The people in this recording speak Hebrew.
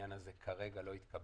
העניין הזה כרגע לא התקבל.